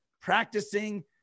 practicing